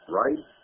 right